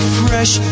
fresh